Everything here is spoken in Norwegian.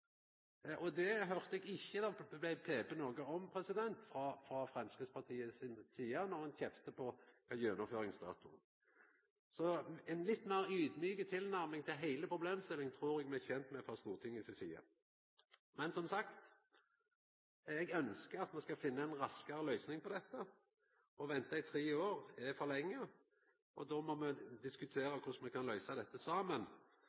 vis. Eg høyrde ikkje at det blei pipe noko om det frå Framstegspartiets side då ein kjefta på gjennomføringsdatoen. Så ei litt meir audmjuk tilnærming til heile problemstillinga trur eg me er tente med frå Stortingets side. Men som sagt: Eg ønskjer at ein skal finna ei raskare løysing på dette. Å venta i tre år er for lenge. Då må me diskutera korleis me kan løysa dette saman.